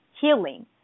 healing